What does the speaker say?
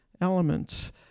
elements